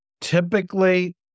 Typically